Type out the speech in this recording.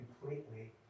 completely